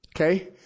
Okay